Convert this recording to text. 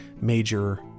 major